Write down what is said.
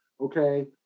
Okay